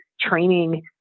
training